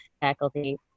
faculty